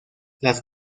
las